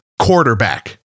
quarterback